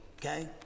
okay